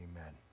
Amen